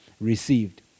received